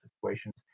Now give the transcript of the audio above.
situations